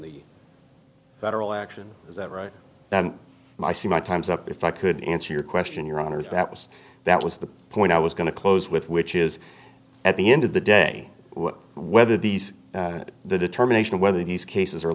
the federal action is that right i see my time's up if i could answer your question your honor that was that was the point i was going to close with which is at the end of the day whether these the determination of whether these cases are